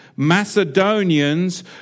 macedonians